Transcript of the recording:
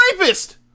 rapist